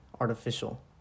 artificial